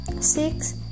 six